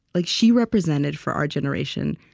like she represented, for our generation,